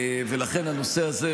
ולכן הנושא הזה,